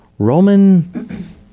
Roman